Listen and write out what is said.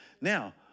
Now